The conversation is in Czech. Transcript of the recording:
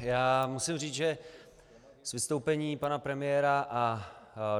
Já musím říct, že z vystoupení pana premiéra a